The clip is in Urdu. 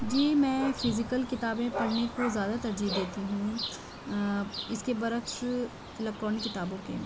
جی میں فزیکل کتابیں پڑھنے کو زیادہ ترجیح دیتی ہوں اس کے برعکس الکٹرانک کتابوں کے